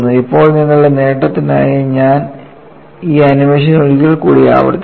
ഇപ്പോൾ നിങ്ങളുടെ നേട്ടത്തിനായി ഞാൻ ഈ ആനിമേഷൻ ഒരിക്കൽ കൂടി ആവർത്തിക്കും